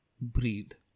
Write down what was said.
breed